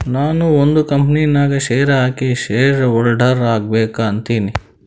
ನಾನು ಒಂದ್ ಕಂಪನಿ ನಾಗ್ ಶೇರ್ ಹಾಕಿ ಶೇರ್ ಹೋಲ್ಡರ್ ಆಗ್ಬೇಕ ಅಂತೀನಿ